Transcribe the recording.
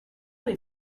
les